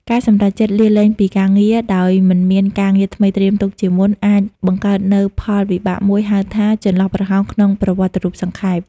ការសម្រេចចិត្តលាលែងពីការងារដោយមិនមានការងារថ្មីត្រៀមទុកជាមុន អាចបង្កើតនូវផលវិបាកមួយហៅថា ចន្លោះប្រហោងក្នុងប្រវត្តិរូបសង្ខេប ។